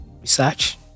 research